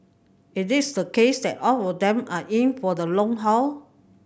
is this the case that all of them are in for the long haul